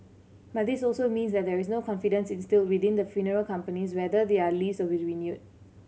but this also means that there is no confidence instilled within the funeral companies whether their lease renewed